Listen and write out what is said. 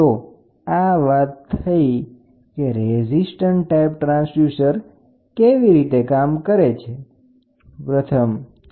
તો આ વાત થઇ કે રેઝિસ્ટન્ટ ટાઇપ ટ્રાન્સડ્યુસર કેવી રીતે કામ કરે છે તમે તેને બ્લોક ડાયાગ્રામમાં દર્શાવવા માગતા હોય તોતે કંઇક આવી રીતે થશે આ દબાણ છે બરાબર આપણે એક મનોમીટર લઈ શકીએ